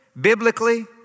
biblically